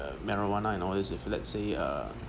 uh marijuana and all these if let's say uh